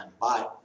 Bye